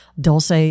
Dulce